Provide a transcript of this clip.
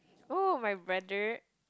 oh my brother